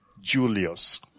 Julius